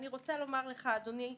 אדוני ,